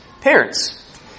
parents